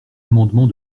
amendement